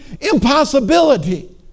impossibility